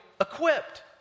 equipped